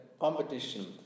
competition